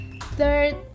Third